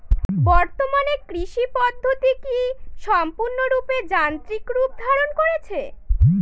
বর্তমানে কৃষি পদ্ধতি কি সম্পূর্ণরূপে যান্ত্রিক রূপ ধারণ করেছে?